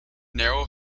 narrow